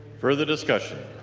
further discussion?